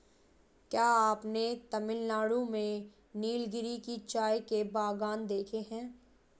क्या आपने तमिलनाडु में नीलगिरी के चाय के बागान देखे हैं?